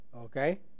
Okay